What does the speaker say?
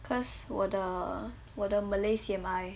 cause 我的我的 malay C_M_I